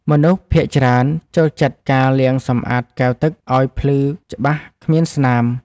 មនុស្សភាគច្រើនចូលចិត្តការលាងសម្អាតកែវទឹកឱ្យភ្លឺច្បាស់គ្មានស្នាម។